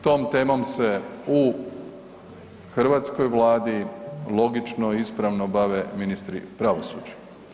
Tom temom se u hrvatskoj vladi logično i ispravno bave ministri pravosuđa.